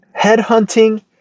headhunting